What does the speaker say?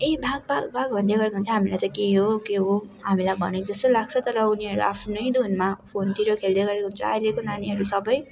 ए भाग भाग भाग भन्दै गरेको हुन्छ हामीलाई त के हो के हो हामीलाई भनेको जस्तो लाग्छ तर उनीहरू आफ्नै धुनमा फोनतिर खेल्दै गरेको हुन्छ अहिलेको नानीहरू सबै